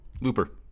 Looper